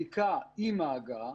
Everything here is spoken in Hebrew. בדיקה עם ההגעה,